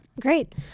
Great